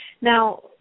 Now